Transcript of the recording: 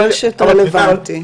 מורשת גם רלוונטי.